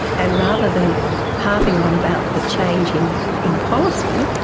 and rather than harping on about the changing in policy,